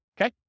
Okay